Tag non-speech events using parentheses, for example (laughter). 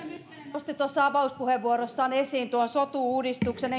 nosti tuossa avauspuheenvuorossaan esiin tuon sotu uudistuksen (unintelligible)